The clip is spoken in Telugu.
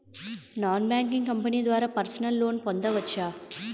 నాన్ బ్యాంకింగ్ కంపెనీ ద్వారా పర్సనల్ లోన్ పొందవచ్చా?